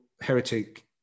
heretic